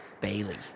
Bailey